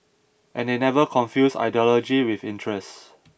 and they never confused ideology with interest